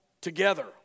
together